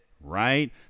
right